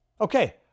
Okay